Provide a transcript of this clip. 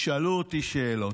ישאלו אותי שאלות.